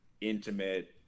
intimate